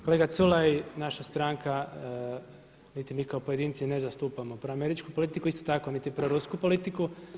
Kolega Culej, naša stranka, niti mi kao pojedinci ne zastupamo proameričku politiku, isto tako niti prorusku politiku.